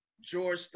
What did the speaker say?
George